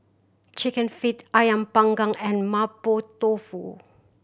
Chicken Feet Ayam Panggang and Mapo Tofu